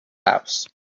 house